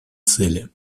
цели